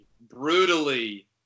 brutally